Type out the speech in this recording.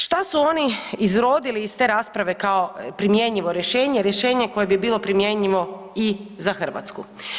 Šta su oni izrodili iz te rasprave kao primjenjivo rješenje, rješenje koje bi bilo primjenjivo i za Hrvtsku?